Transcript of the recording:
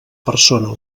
persona